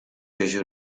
fece